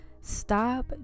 Stop